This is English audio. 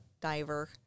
diver